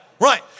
Right